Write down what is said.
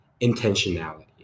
intentionality